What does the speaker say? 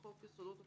- חוק יסודות התקציב,